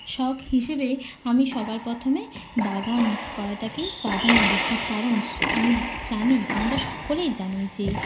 শখ হিসেবে আমি সবার প্রথমে বাগান করাটাকেই প্রাধান্য দিচ্ছি কারণ আমি জানি আমরা সকলেই জানি যে